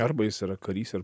arba jis yra karys ir